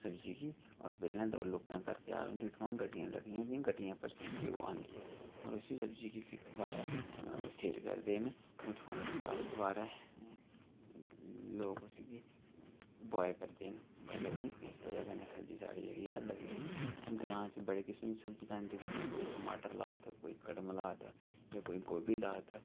सब्जी होर पैह्लें लोकें दे घरें तेआर होंदी उत्थुआं दा गड्डियां लग्गी दियां होंदियां गड्डियै उप्पर सब्जी ओह् आंदी होर उसी सब्जी गी फिर दबारा सेल करदे न उत्थुआं दा दबारै लोक उसगी बाय करदे न बाय करदे न इस बजह् कन्नै सब्जी साढ़ी जेह्ड़ी ऐ लगदी ग्रांऽ च बड़े किसम दी सब्जी लांदे जियां कोई टमाटर ला दा कोई कड़म ला दा जां कोई गोभी ला दा